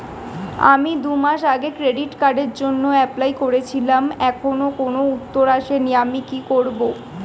আমি দুমাস আগে ক্রেডিট কার্ডের জন্যে এপ্লাই করেছিলাম এখনো কোনো উত্তর আসেনি আমি কি করব?